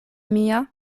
mia